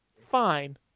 fine